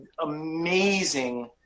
amazing